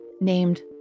named